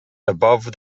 above